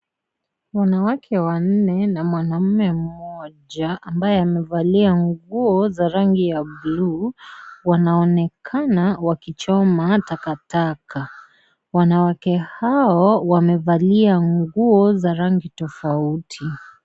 Wanawake wanne na mwanaume mmojaa ambaye, amevalia nguo za rangi ya bluu wanaonekana wakichoma takataka. Wanawake hao wamevalia nguo za rangi tofauti.